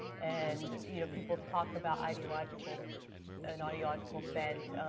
and, you know people talk about ideological an ideological bent,